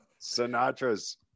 Sinatra's